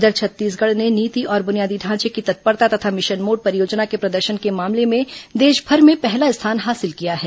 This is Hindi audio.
उधर छत्तीसगढ़ ने नीति और बुनियादी ढांचे की तत्परता तथा मिशन मोड परियोजना के प्रदर्शन के मामले में देशभर में पहला स्थान हासिल किया है